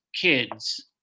kids